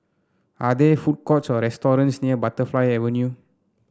are there food courts or restaurants near Butterfly Avenue